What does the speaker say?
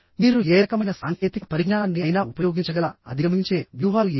మీరు ఏ రకమైన సాంకేతిక పరిజ్ఞానాన్ని అయినా ఉపయోగించగల అధిగమించే వ్యూహాలు ఏమిటి